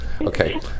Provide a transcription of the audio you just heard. Okay